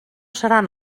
seran